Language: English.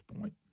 point